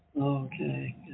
Okay